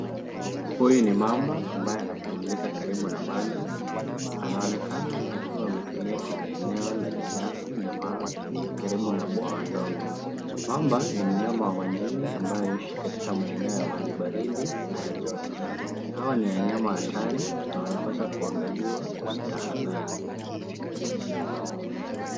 Huyu ni mamba, mbaye anapumuzika karibu na maji, anaonekana akiwa ametulia kwenye eneo lenye nyasi na mawe, karibu na bwawa ndogo. Mamba ni mnyama wa majini ambaye huishi katika maeneo yenye maji baridi na ya joto. Hawa ni wanyama hatari na wanapaswa kwangaliwa kwa tahadhari.